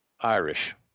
Irish